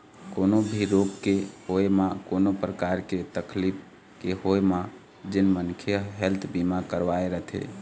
कोनो भी रोग के होय म कोनो परकार के तकलीफ के होय म जेन मनखे ह हेल्थ बीमा करवाय रथे